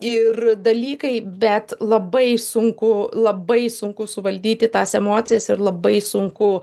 ir dalykai bet labai sunku labai sunku suvaldyti tą emocijas ir labai sunku